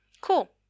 Cool